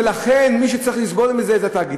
ולכן מי שצריך לסבול מזה זה התאגיד.